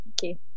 Okay